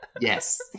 Yes